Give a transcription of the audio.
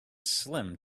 slim